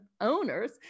owners